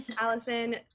allison